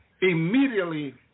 Immediately